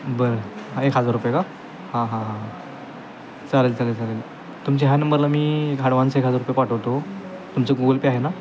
बरं एक हजार रुपये का हां हां हां चालेल चालेल चालेल तुमची ह्या नंबरला मी आडवांस एक हजार रुपये पाठवतो तुमचं गुगल पे आहे ना